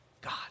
God